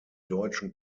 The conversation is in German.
deutschen